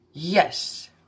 Yes